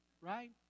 Right